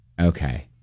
Okay